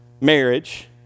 marriage